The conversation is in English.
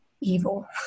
evil